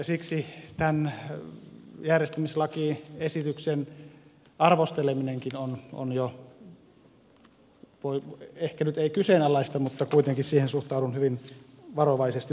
siksi tämän järjestämislakiesityksen arvosteleminenkin on jo ehkä nyt ei kyseenalaista mutta kuitenkin siihen suhtaudun hyvin varovaisesti